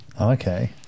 okay